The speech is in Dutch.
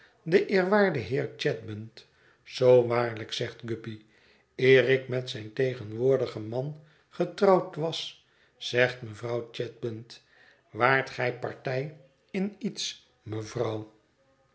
de eerwaarde heer chadband zoo waarlijk zegt guppy eer ik met mijn tegenwoordigen man getrouwd was zegt mevrouw chadband waart gij partij iniets mevrouw